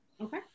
Okay